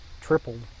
tripled